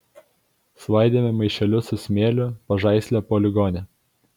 svaidėme maišelius su smėliu pažaislio poligone